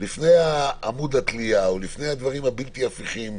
לפני עמוד התלייה או לפני הדברים הבלתי הפיכים